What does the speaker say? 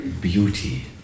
beauty